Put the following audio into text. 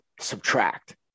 subtract